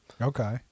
Okay